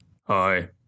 Hi